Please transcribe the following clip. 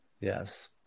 Yes